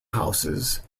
houses